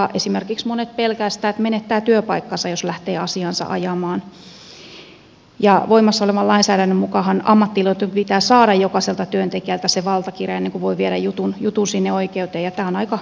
esimerkiksi moni pelkää sitä että menettää työpaikkansa jos lähtee asiaansa ajamaan ja voimassa olevan lainsäädännön mukaanhan ammattiliittojen pitää saada jokaiselta työntekijältä se valtakirja ennen kuin voi viedä jutun sinne oikeuteen ja tämä on aika hankalaa